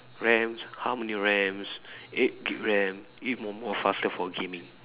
RAMs how many RAMs eight GB RAM even more faster for gaming